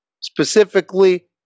specifically